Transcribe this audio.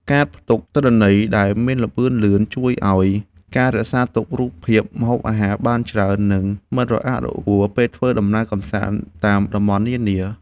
កាតផ្ទុកទិន្នន័យដែលមានល្បឿនលឿនជួយឱ្យការរក្សាទុករូបភាពម្ហូបអាហារបានច្រើន និង មិនរអាក់រអួលពេលធ្វើដំណើរកម្សាន្តតាមតំបន់នានា។